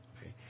Okay